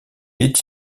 est